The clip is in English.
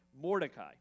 Mordecai